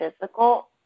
physical